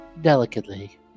delicately